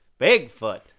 Bigfoot